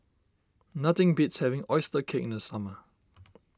nothing beats having Oyster Cake in the summer